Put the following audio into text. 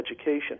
education